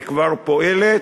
היא כבר פועלת,